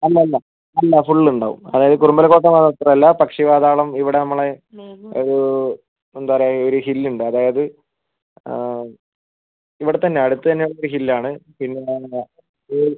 അല്ല അല്ല അല്ല ഫുൾ ഉണ്ടാവും അതായത് കുറുമ്പലക്കോട്ട മാത്രല്ല പക്ഷി പാതാളം ഇവിടെ നമ്മൾ ഒരു എന്താ പറയാ ഒരു ഹിൽ ഉണ്ട് അതായത് ഇവിടെ തന്നെ അടുത്ത തന്നെ ഒരു ഹിൽ ആണ് പിന്നെ അത്